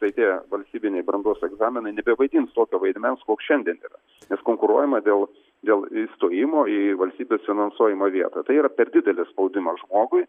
tai tie valstybiniai brandos egzaminai nebevaidins tokio vaidmens koks šiandien yra nes konkuruojama dėl dėl įstojimo į valstybės finansuojamą vietą tai yra per didelis spaudimas žmogui